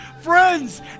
friends